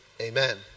amen